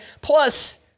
Plus